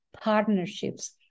partnerships